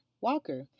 Walker